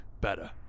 Better